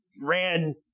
ran